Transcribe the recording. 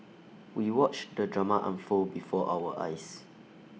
we watched the drama unfold before our eyes